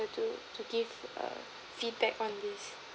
to to give a feedback on this